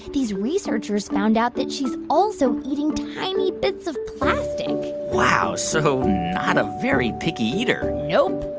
these researchers found out that she's also eating tiny bits of plastic wow, so not a very picky eater nope,